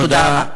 תודה רבה.